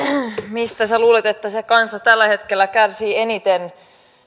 mistä sinä luulet että se kansa tällä hetkellä kärsii eniten